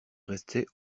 restait